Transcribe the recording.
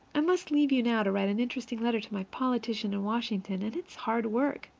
i must leave you now to write an interesting letter to my politician in washington, and it's hard work.